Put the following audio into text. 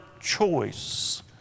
choice